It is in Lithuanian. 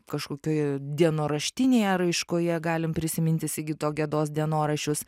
kažkokioj dienoraštinėje raiškoje galim prisiminti sigito gedos dienoraščius